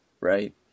right